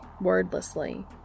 wordlessly